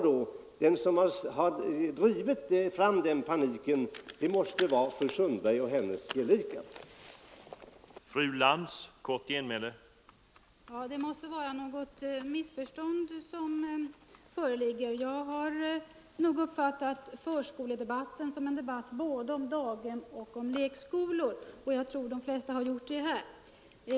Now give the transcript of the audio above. De som har drivit fram den paniken måste vara fru Sundberg och hennes meningsfränder.